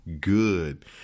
good